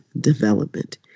development